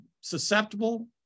susceptible